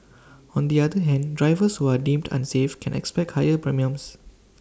on the other hand drivers who are deemed unsafe can expect higher premiums